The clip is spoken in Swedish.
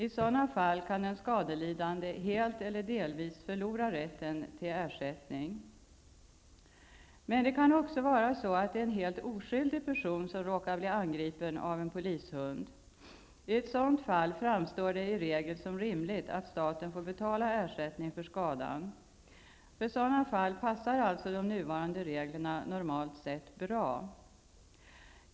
I sådana fall kan den skadelidande helt eller delvis förlora rätten till ersättning. Men det kan också vara så att det är en helt oskyldig person som råkar bli angripen av en polishund. I ett sådant fall framstår det i regel som rimligt att staten får betala ersättning för skadan. För sådana fall passar alltså de nuvarande reglerna normalt sett bra.